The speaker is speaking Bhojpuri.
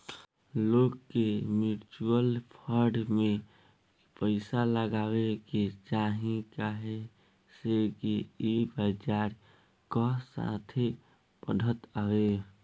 लोग के मिचुअल फंड में पइसा लगावे के चाही काहे से कि ई बजार कअ साथे बढ़त हवे